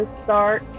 start